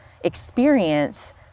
experience